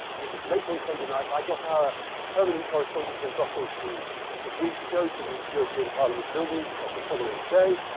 and it was late on sunday night i got our permanent correspondent in brussels to agree to go to the european parliament building on the following day.